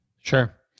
Sure